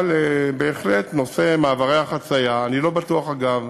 אבל בהחלט, נושא מעברי החציה, אני לא בטוח, אגב,